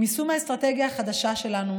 עם יישום האסטרטגיה החדשה שלנו,